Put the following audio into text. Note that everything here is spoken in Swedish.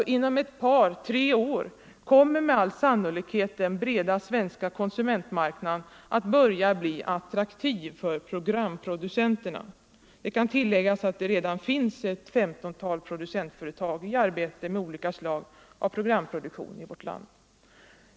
Inom ett par tre år kommer alltså med all sannolikhet den breda svenska konsumentmarknaden att börja bli attraktiv för programproducenterna. Det kan tilläggas att det redan finns ett femtontal producentföretag i arbete med olika slag av programproduktion i vårt land.